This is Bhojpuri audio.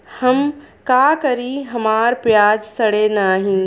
हम का करी हमार प्याज सड़ें नाही?